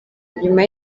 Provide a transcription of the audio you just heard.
nyuma